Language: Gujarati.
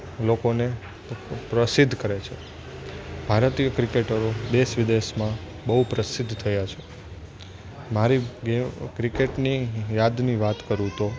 લોકોને પ્રસિદ્ધ કરે છે ભારતીય ક્રિકેટરો દેશ વિદેશમાં બહુ પ્રસિદ્ધ થયા છે મારી ક્રિકેટની યાદની વાત કરું તો